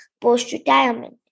post-retirement